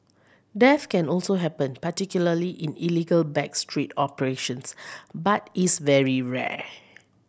death can also happen particularly in illegal back street operations but is very rare